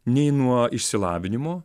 nei nuo išsilavinimo